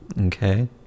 okay